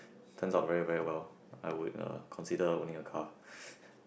turns out very very well I would uh consider owning a car